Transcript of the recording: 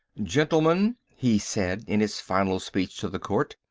gentlemen, he said, in his final speech to the court,